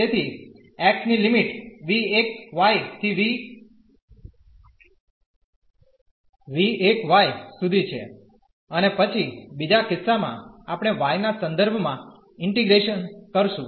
તેથી x ની limit v1 થી v1 સુધી છે અને પછી બીજા કિસ્સામાંઆપણે y ના સંદર્ભ માં ઇન્ટીગ્રેશન કરશું